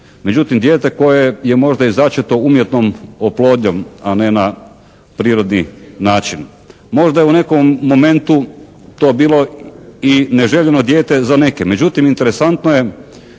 Međutim, dijete koje je začeto umjetnom oplodnjom a ne na prirodni način. Možda je u nekom momentu to bilo i neželjeno dijete za neke. Međutim, interesantno je